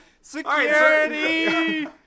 Security